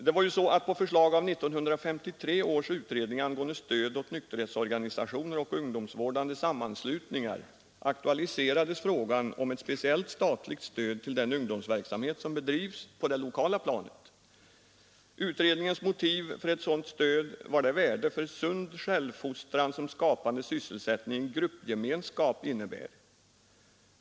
På förslag av 1953 års utredning angående stöd åt nykterhetsorganisationer och ungdomsvårdande sammanslutningar aktualiserades frågan om ett speciellt statligt stöd till den ungdomsverksamhet som bedrivs på det lokala planet. Utredningens motiv för ett sådant stöd var det värde för ”sund självfostran som skapande sysselsättning i gruppgemenskap innebär”.